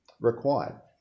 required